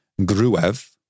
gruev